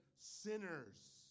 sinners